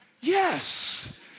yes